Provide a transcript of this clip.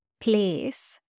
place